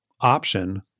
option